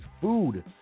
food